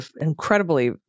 incredibly